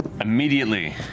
immediately